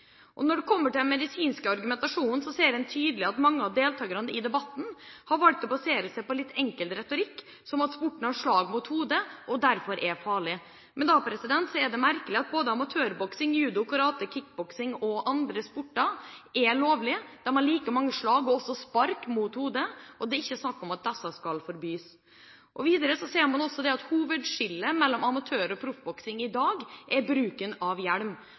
Når det kommer til den medisinske argumentasjonen, ser en tydelig at mange av deltakerne i debatten har valgt å basere seg på en litt enkel retorikk som at sporten har slag mot hodet, og derfor er farlig. Men da er det merkelig at både amatørboksing, judo, karate, kickboksing og andre sporter er lovlige. De har like mange slag, og også spark mot hodet, og det er ikke snakk om at disse skal forbys. Videre ser man også at hovedskillet mellom amatør- og proffboksing i dag er bruken av hjelm.